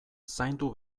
zaindu